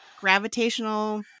gravitational